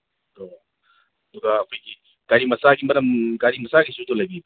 ꯑꯣ ꯑꯗꯨꯒ ꯑꯩꯈꯣꯏꯒꯤ ꯒꯥꯔꯤ ꯃꯆꯥꯒꯤ ꯃꯔꯝ ꯒꯥꯔꯤ ꯃꯆꯥꯒꯤꯁꯨ ꯑꯗꯨ ꯂꯩꯕꯤꯕ꯭ꯔ